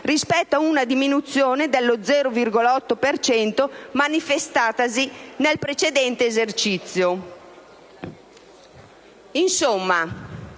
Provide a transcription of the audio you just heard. rispetto a una diminuzione dello 0,8 per cento manifestatasi nel precedente esercizio.